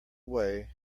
way